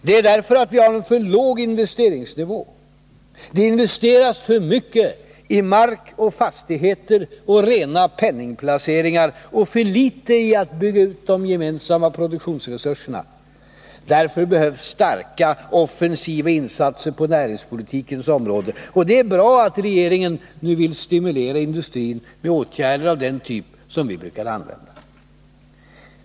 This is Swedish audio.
Det är den därför att vi har en för låg investeringsnivå. Det investeras för mycket i mark och fastigheter och rena penningplaceringar och för litet i att bygga ut de gemensamma produktionsresurserna. Därför behövs starka offensiva insatser på näringspolitikens område. Och det är bra att regeringen nu vill stimulera industrin med åtgärder av den typ som vi socialdemokrater har brukat använda.